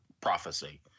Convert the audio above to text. prophecy